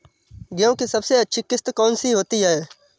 गेहूँ की सबसे अच्छी किश्त कौन सी होती है?